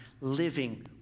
living